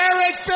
Eric